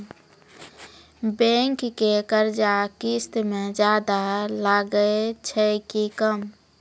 Bank के कर्जा किस्त मे ज्यादा लागै छै कि कम?